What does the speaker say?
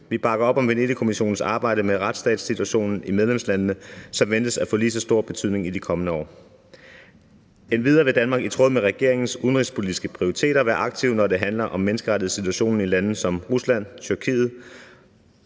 Vi bakker op om Venedigkommissionens arbejde med retsstatssituationen i medlemslandene, som ventes at få lige så stor betydning i de kommende år. Endvidere vil Danmark i tråd med regeringens udenrigspolitiske prioriteter være aktiv, når det handler om menneskerettighedssituationen i lande som Rusland og Tyrkiet,